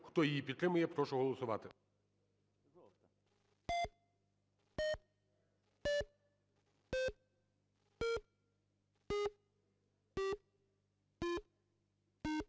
Хто її підтримує, прошу голосувати.